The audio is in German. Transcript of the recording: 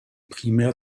primär